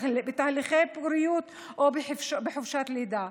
בתהליכי פוריות או בחופשת לידה.